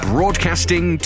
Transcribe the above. Broadcasting